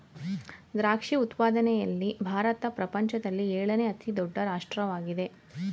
ದ್ರಾಕ್ಷಿ ಉತ್ಪಾದನೆಯಲ್ಲಿ ಭಾರತ ಪ್ರಪಂಚದಲ್ಲಿ ಏಳನೇ ಅತಿ ದೊಡ್ಡ ರಾಷ್ಟ್ರವಾಗಿದೆ